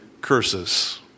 curses